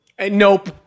Nope